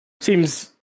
Seems